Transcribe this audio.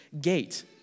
gate